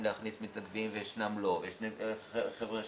להכניס מתנדבים ויש כאלה שלא מסכימים,